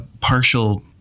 partial